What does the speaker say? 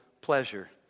pleasure